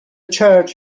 church